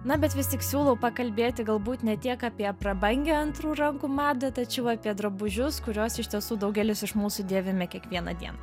na bet vis tik siūlau pakalbėti galbūt ne tiek apie prabangią antrų rankų madą tačiau apie drabužius kuriuos iš tiesų daugelis iš mūsų dėvime kiekvieną dieną